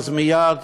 אז מייד,